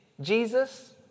Jesus